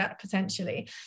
potentially